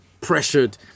pressured